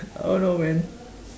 I don't know man